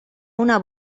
una